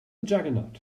juggernaut